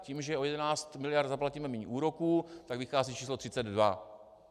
Tím, že o 11 mld. zaplatíme méně úroků, tak vychází číslo 32.